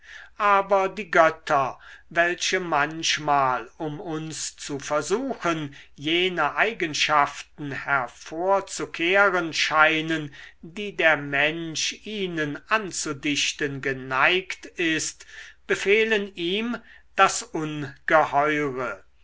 aber die götter welche manchmal um uns zu versuchen jene eigenschaften hervorzukehren scheinen die der mensch ihnen anzudichten geneigt ist befehlen ihm das ungeheure